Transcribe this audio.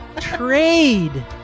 trade